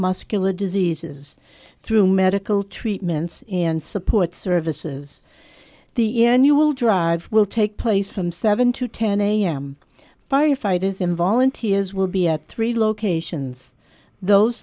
neuromuscular diseases through medical treatments and support services the n you will drive will take place from seven to ten am firefighters in volunteers will be at three locations those